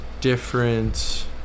different